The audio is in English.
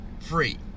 free